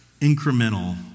incremental